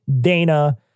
Dana